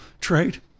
trade